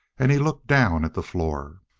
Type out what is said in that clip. and he looked down at the floor.